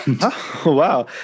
wow